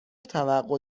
توقع